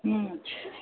अच्छा